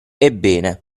ebbene